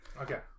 Okay